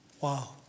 Wow